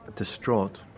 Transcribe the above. distraught